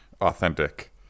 authentic